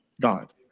God